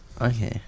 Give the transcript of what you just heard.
Okay